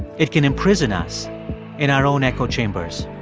it can imprison us in our own echo chambers